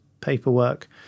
paperwork